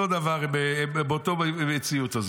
אותו דבר באותה מציאות.